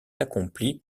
accomplie